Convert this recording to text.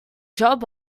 job